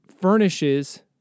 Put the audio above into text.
furnishes